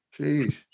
Jeez